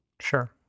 Sure